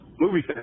movie